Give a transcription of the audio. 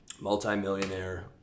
multi-millionaire